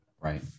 Right